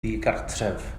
ddigartref